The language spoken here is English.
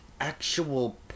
actual